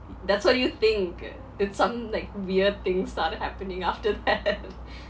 that's what you think it's some like weird things started happening after that